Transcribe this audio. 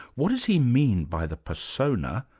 what does he mean by the persona,